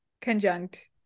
conjunct